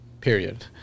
period